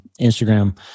Instagram